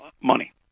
money